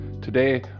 Today